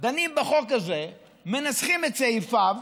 דנים בחוק הזה ומנסחים את סעיפיו,